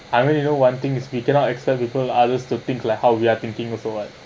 I mean you know one thing is we cannot accept people others to think like how we are thinking also [what]